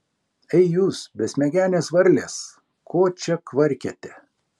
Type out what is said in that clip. ei jūs besmegenės varlės ko čia kvarkiate